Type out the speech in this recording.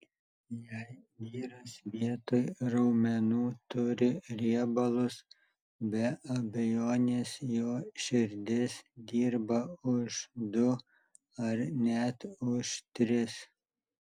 jei vyras vietoj raumenų turi riebalus be abejonės jo širdis dirba už du ar net už tris